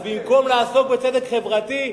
אז במקום לעסוק בצדק חברתי,